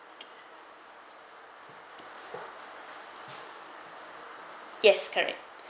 yes correct